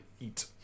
eat